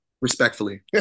Respectfully